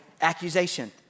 accusation